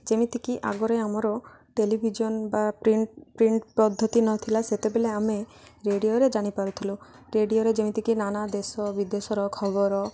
ଯେମିତିକି ଆଗରେ ଆମର ଟେଲିଭିଜନ୍ ବା ପ୍ରିଣ୍ଟ ପ୍ରିଣ୍ଟ ପଦ୍ଧତି ନ ଥିଲା ସେତେବେଳେ ଆମେ ରେଡ଼ିଓରେ ଜାଣିପାରୁଥିଲୁ ରେଡ଼ିଓରେ ଯେମିତିକି ନାନା ଦେଶ ବିଦେଶର ଖବର